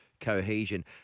cohesion